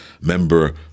member